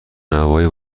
نانوایی